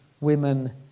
women